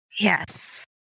Yes